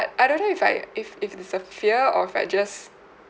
I don't know if I if if it's a fear or if I just